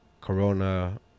Corona